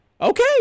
Okay